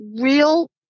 real